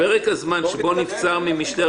תן דוגמה.